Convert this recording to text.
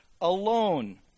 alone